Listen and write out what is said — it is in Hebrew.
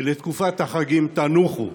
ובתקופת החגים תנוחו.